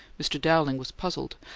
mr. dowling was puzzled.